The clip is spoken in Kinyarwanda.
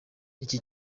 iki